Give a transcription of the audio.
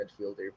midfielder